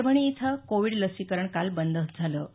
परभणी इथं कोविड लसीकरण काल बंद होतं